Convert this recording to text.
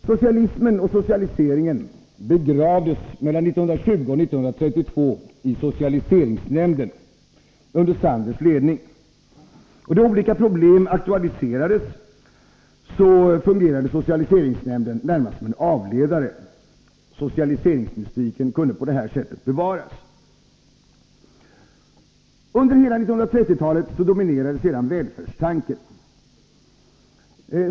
Socialismen och socialiseringen begravdes mellan 1920 och 1932 i socialiseringsnämnden under Sandlers ledning. Då olika problem aktualiserades fungerade socialiseringsnämnden närmast som en avledare. Socialiseringsmystiken kunde på det här sättet bevaras. Under hela 1930-talet dominerade sedan välfärdstanken.